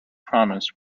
promise